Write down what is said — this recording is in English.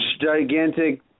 gigantic